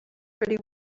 pretty